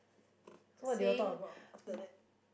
saying